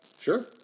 Sure